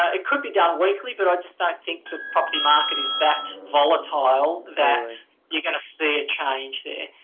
ah it could be done weekly, but i just don't think the property market is that volatile that you're going to see a change there.